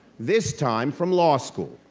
this time, from law school.